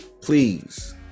please